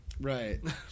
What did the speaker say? Right